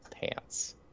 pants